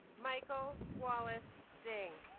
michael wallace ding